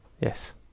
Yes